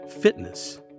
fitness